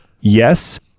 Yes